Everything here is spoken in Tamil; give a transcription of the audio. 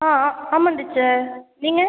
ஆ ஆ ஆமாம் டீச்சர் நீங்கள்